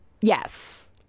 yes